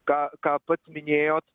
ką ką pats minėjot